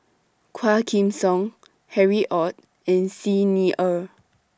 Quah Kim Song Harry ORD and Xi Ni Er